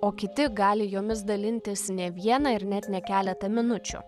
o kiti gali jomis dalintis ne vieną ir net ne keletą minučių